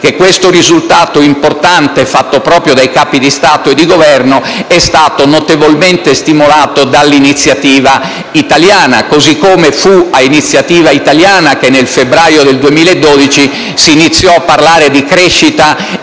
che questo risultato importante fatto proprio dai capi di Stato e di Governo è stato notevolmente stimolato dall'iniziativa italiana. Così come fu su iniziativa italiana che nel febbraio del 2012 si iniziò a parlare di crescita